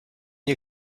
you